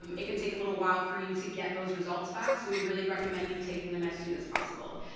um it can take a little while for you to get those results back. so we really recommend you taking them as soon as possible.